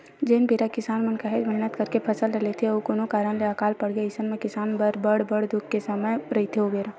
जेन बेरा किसान मन काहेच मेहनत करके फसल ल लेथे अउ कोनो कारन ले अकाल पड़गे अइसन म किसान मन बर बड़ दुख के समे रहिथे ओ बेरा